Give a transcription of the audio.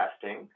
testing